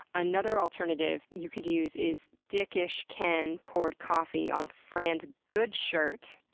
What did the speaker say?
another alternative you could use is dickish ken poured coffee on fran's good shirt.